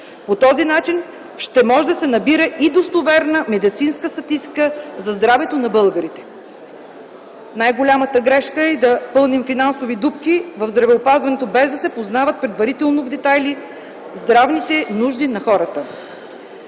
По този начин ще може да се набира и достоверна медицинска статистика за здравето на българите. Най-голямата грешка е да пълним финансови дупки в здравеопазването, без да се познават предварително в детайли здравните нужди на хората.